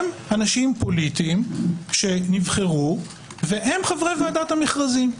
הם אנשים פוליטיים שנבחרו, והם חברי ועדת המכרזים.